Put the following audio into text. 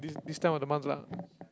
this time of the month lah